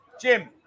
Jim